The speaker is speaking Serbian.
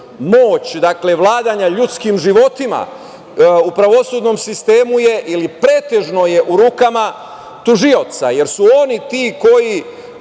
moć vladanja ljudskim životima u pravosudnom sistemu je ili pretežno u rukama tužioca, jer oni su ti koji